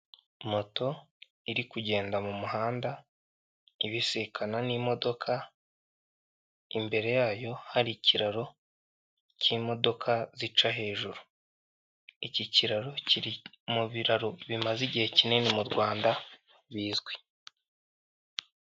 Moto iri kugenda mu muhanda ibisikana n'imodoka, imbere yayo hari ikiraro k'imodoka zica hejuru. Iki kiraro kiri mu biraro bimaze igihe kinini mu Rwanda bizwi.